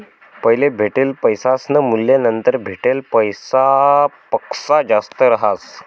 पैले भेटेल पैसासनं मूल्य नंतर भेटेल पैसासपक्सा जास्त रहास